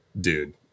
dude